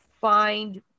find